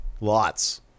lots